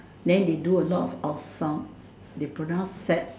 then they do a lot of awesome they pronounce set